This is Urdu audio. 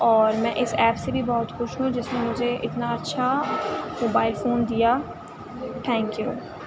اور میں اس ایپ سے بھی بہت خوش ہوں جس نے مجھے اتنا اچھا موبائل فون دیا تھینک یو